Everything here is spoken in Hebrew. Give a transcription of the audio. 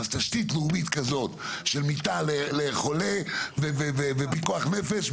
אז תשתית לאומית כזאת של מיטה לחולה ופיקוח נפש,